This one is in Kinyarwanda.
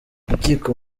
urukiko